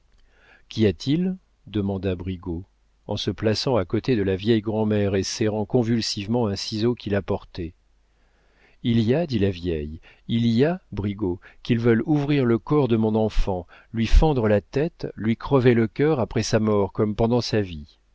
qu'y a-t-il demanda brigaut en se plaçant à côté de la vieille grand'mère et serrant convulsivement un ciseau qu'il apportait il y a dit la vieille il y a brigaut qu'ils veulent ouvrir le corps de mon enfant lui fendre la tête lui crever le cœur après sa mort comme pendant sa vie